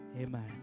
Amen